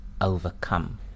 overcome